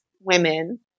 women